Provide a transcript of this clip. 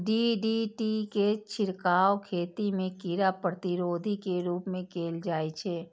DDT के छिड़काव खेती मे कीड़ा प्रतिरोधी के रूप मे कैल जाइ छै